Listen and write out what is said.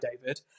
David